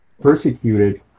persecuted